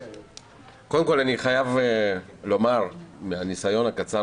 קודם כל אני חייב לומר מהניסיון הקצר